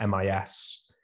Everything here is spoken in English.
MIS